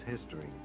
history